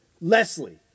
Leslie